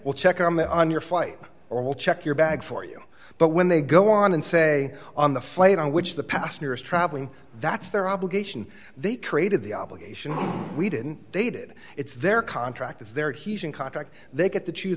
will check on that on your flight or will check your bag for you but when they go on and say on the flight on which the passengers traveling that's their obligation they created the obligation we didn't they did it's their contract it's their he's in contract they get to choose